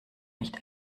nicht